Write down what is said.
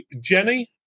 Jenny